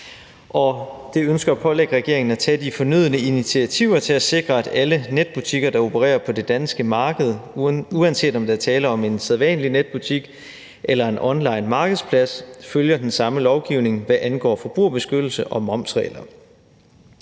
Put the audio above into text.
Det ønsker at pålægge regeringen at tage de fornødne initiativer til at sikre, at alle netbutikker, der opererer på det danske marked, uanset om der er tale om en sædvanlig netbutik eller en onlinemarkedsplads, følger den samme lovgivning, hvad angår forbrugerbeskyttelse og momsregler.